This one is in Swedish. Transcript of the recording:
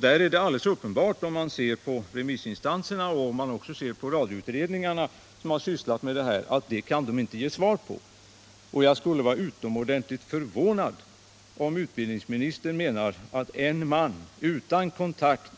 Det är alldeles uppenbart att remissinstanserna och radioutredningarna, som sysslat med de här frågorna, inte kan ge svar på den frågan. Och jag skulle vara utomordentligt förvånad om utbildningsministern menar att en man utan kontakt